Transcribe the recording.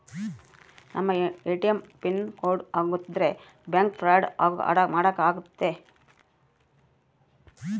ನಮ್ ATM pin code ಗೊತ್ತಾದ್ರೆ bank fraud ಮಾಡಾಕ ಆಗುತ್ತೆ